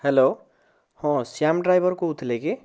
hello ହଁ Shyam driver କହୁଥିଲେ କି